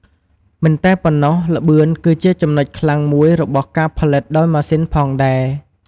មិនតែប៉ុណ្ណោះល្បឿនគឺជាចំណុចខ្លាំងមួយរបស់ការផលិតដោយម៉ាស៊ីនផងដែរ។